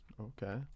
Okay